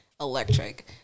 electric